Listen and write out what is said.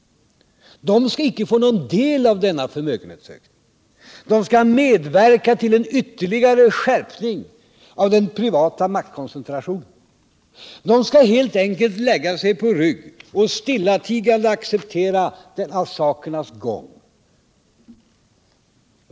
De skall inte få någon del av denna förmögenhetsökning, de skall medverka till en ytterligare skärpning av den privata maktkoncentrationen. De skall helt enkelt lägga sig på rygg och stillatigande acceptera denna sakernas gång.